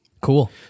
cool